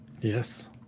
Yes